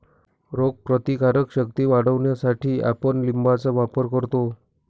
रोगप्रतिकारक शक्ती वाढवण्यासाठीही आपण लिंबाचा वापर करतो